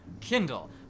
Kindle